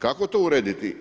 Kako to urediti?